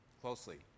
closely